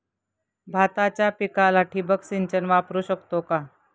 भाताच्या पिकाला ठिबक सिंचन वापरू शकतो का?